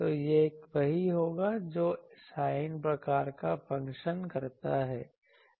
तो यह वही होगा जो sin प्रकार का फंक्शन करता है